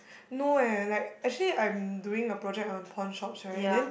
no eh like actually I'm doing a project on pawnshops right then